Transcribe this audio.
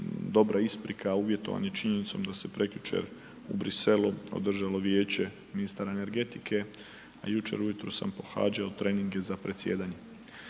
dobra isprika uvjetovanih činjenicom da se prekjučer u Bruxellesu održalo Vijeće ministara energetike a jučer ujutro sam pohađao treninge za predsjedanje